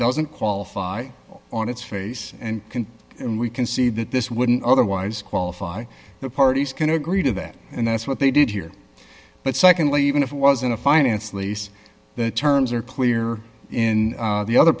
doesn't qualify on its face and can and we can see that this wouldn't otherwise qualify the parties can agree to that and that's what they did here but secondly even if it wasn't a finance lease the terms are clear in the other